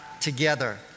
together